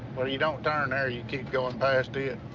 but you don't turn there, you keep going past it.